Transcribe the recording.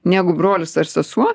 negu brolis ar sesuo